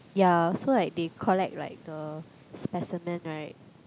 ya so like they collect like the specimen right